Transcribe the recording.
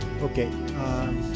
Okay